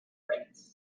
france